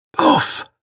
Oof